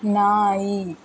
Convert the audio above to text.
ನಾಯಿ